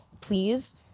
please